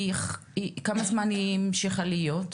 כמה זמן הוועדה הזאת המשיכה להיות?